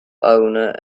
owner